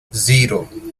zero